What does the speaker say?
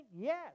Yes